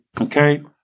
okay